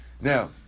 Now